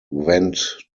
went